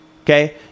Okay